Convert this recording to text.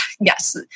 yes